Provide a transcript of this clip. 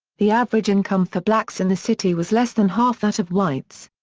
the average income for blacks in the city was less than half that of whites.